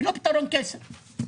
היא לא פתרון קסם.